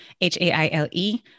H-A-I-L-E